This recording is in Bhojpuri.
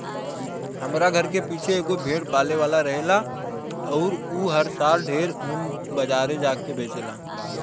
हमरा घर के पीछे एगो भेड़ पाले वाला रहेला अउर उ हर साल ढेरे ऊन बाजारे जा के बेचेला